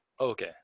Okay